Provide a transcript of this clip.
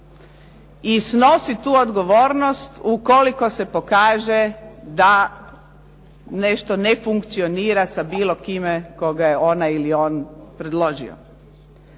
i snosi tu odgovornost ukoliko se pokaže da nešto ne funkcionira sa bilo kime koga je ona ili on predložio